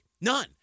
None